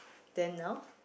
then now